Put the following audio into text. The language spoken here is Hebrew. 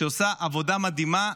שעושה עבודה מדהימה,